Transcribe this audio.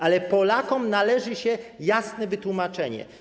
Ale Polakom należy się jasne wytłumaczenie.